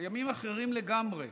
ימים אחרים לגמרי,